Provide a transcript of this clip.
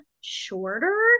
shorter